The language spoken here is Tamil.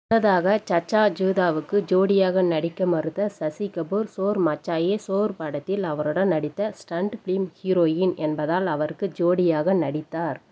முன்னதாக சச்சா ஜுதாவுக்கு ஜோடியாக நடிக்க மறுத்த சசி கபூர் சோர் மச்சாயே சோர் படத்தில் அவருடன் நடித்த ஸ்டண்ட் ஃப்லிம் ஹீரோயின் என்பதால் அவருக்கு ஜோடியாக நடித்தார்